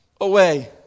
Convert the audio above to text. away